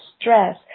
stress